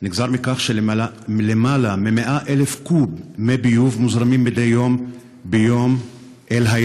נגזר מכך שיותר מ-100,000 קוב מי ביוב מוזרמים מדי יום אל הים.